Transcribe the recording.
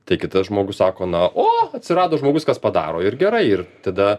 tai kitas žmogus sako na o atsirado žmogus kas padaro ir gerai ir tada